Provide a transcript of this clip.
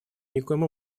никоим